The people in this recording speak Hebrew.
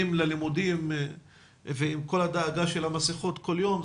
ללימודים ועם כל הדאגה למסכות כל יום,